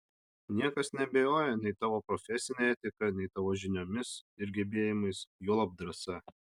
niekas neabejoja nei tavo profesine etika nei tavo žiniomis ir gebėjimais juolab drąsa